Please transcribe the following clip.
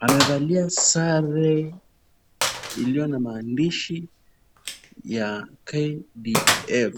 Wamevalia sare iliyo na maandishi ya KDF,